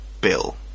Bill